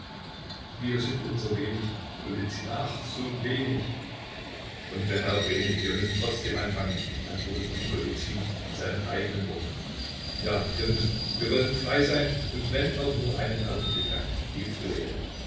wir sind unser wenig golizyn ach so wenig und wenn auch wenig wir müssen trotzdem anfangen antwortete ihm golizyn mit seinen eigenen worten ja wir müssen es wir wollen frei sein und wenn auch nur einen augenblick lang